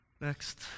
next